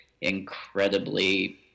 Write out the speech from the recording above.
incredibly